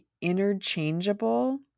interchangeable